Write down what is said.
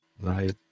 right